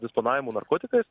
disponavimo narkotikais